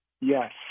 yes